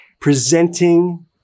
presenting